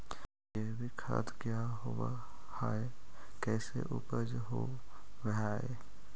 जैविक खाद क्या होब हाय कैसे उपज हो ब्हाय?